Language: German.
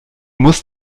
musst